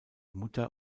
mutter